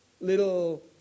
little